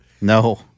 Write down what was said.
No